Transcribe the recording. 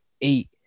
eight